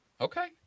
Okay